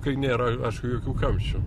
kai nėra aišku jokių kamščių